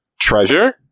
Treasure